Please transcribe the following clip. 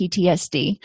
PTSD